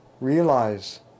realize